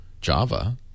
Java